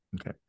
Okay